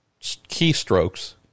keystrokes